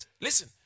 Listen